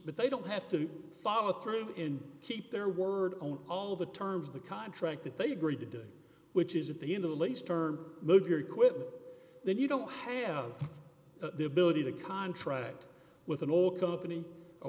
but they don't have to follow through and keep their word on all the terms of the contract that they agreed to do which is at the end of the lace term move your equipment then you don't have the ability to contract with an oil company or